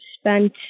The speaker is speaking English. spent